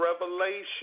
Revelation